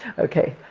ok.